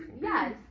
Yes